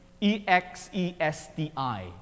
E-X-E-S-T-I